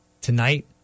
tonight